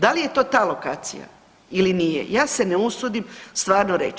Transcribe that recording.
Da li je to ta lokacija ili nije, ja se ne usudim stvarno reći.